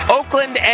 Oakland